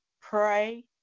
pray